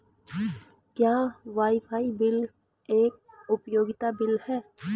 क्या wifi bill एक उपयोगिता बिल है?